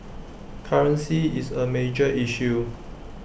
currency is A major issue